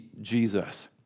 Jesus